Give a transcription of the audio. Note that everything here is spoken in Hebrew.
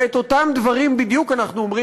ואת אותם דברים בדיוק אנחנו אומרים